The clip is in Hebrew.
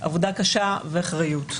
עבודה קשה ואחריות.